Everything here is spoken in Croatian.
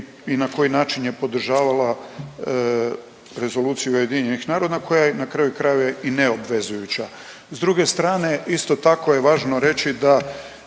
i na koji način je podržava Rezoluciju UN-a koja je na kraju krajeva i neobvezujuća. S druge strane isto tako je važno reći da